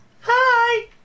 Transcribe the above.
Hi